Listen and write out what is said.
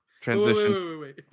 transition